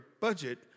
budget